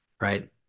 Right